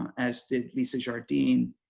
as did lisa jardine,